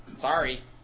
sorry